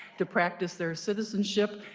to practice their citizenship.